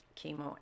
chemo